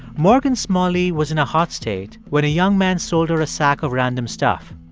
morgan smalley was in a hot state when a young man sold her a sack of random stuff.